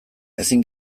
ezin